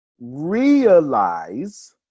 realize